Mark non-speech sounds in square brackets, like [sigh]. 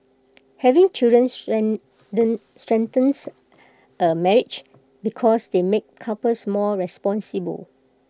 having children [unintelligible] strengthens A marriage because they make couples more responsible